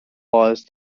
lies